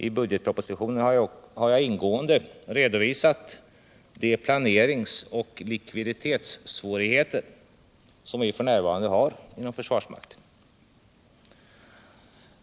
I budgetpropositionen har jag ingående redovisat de planerings och likviditetssvårigheter som vi f.n. har inom försvarsmakten.